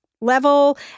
level